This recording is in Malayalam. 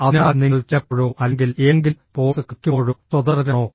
അതിനാൽ നിങ്ങൾ ചിലപ്പോഴോ അല്ലെങ്കിൽ ഏതെങ്കിലും സ്പോർട്സ് കളിക്കുമ്പോഴോ സ്വതന്ത്രരാണോ